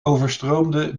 overstroomde